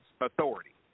authority